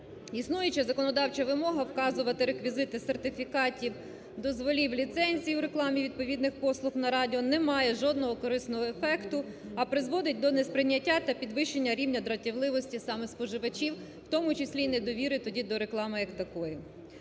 існуюча законодавча вимога вказувати реквізити сертифікатів, дозволів, ліцензій у рекламі відповідних послуг на радіо не має жодного корисного ефекту, а призводить до несприйняття та підвищення рівня дратівливості саме споживачів, в тому числі і недовіри тоді до реклами як такої.